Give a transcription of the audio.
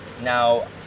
Now